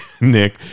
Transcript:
Nick